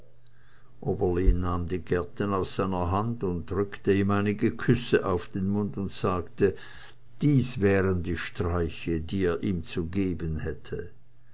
die gerten aus seiner hand drückte ihm einige küsse auf den mund und sagte dies wären die streiche die er ihm zu geben hätte